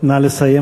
נא לסיים,